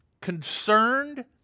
concerned